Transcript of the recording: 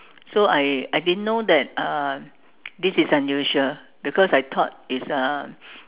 so I I didn't know that uh this is unusual because I thought it's uh